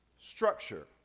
structure